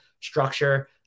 structure